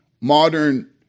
modern